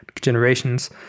generations